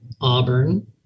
Auburn